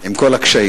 עם כל הקשיים,